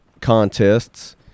contests